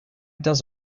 does